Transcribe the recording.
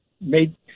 made